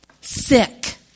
Sick